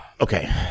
Okay